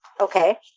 Okay